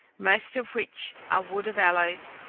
most of which are wood of aloes,